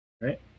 Right